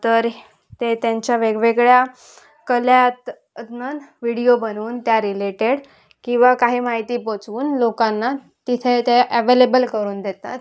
तर ते त्यांच्या वेगवेगळ्या कलातमधून व्हिडिओ बनवून त्या रिलेटेड किंवा काही माहिती पोचवून लोकांना तिथे ते ॲवेलेबल करून देतात